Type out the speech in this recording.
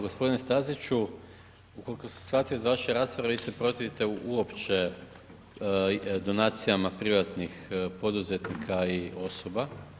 Gospodine Staziću koliko sam shvatio iz vaše rasprave vi se protivite uopće donacijama privatnih poduzetnika i osoba.